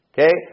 Okay